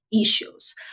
issues